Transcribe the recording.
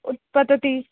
उत्पतति